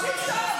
את סובלת.